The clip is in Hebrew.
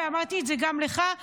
ואמרתי את זה גם לך,